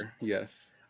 yes